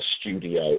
studio